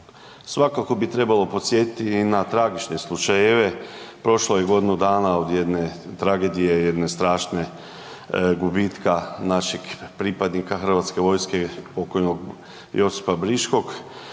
svakako bi trebalo podsjetiti i na tragične slučajeve, prošlo je godinu dana od jedne tragedije, jedne strašnog gubitka našeg pripadnika hrvatske vojske pokojnog Josipa Briškog